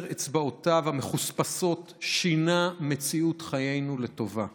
אצבעותיו המחוספסות שינה את מציאות חיינו לטובה.